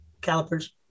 calipers